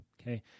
okay